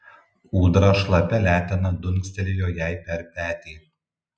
ūdra šlapia letena dunkstelėjo jai per petį